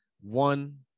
one